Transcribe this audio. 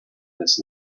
this